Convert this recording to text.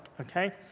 okay